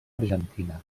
argentina